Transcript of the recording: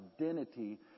identity